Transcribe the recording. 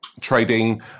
trading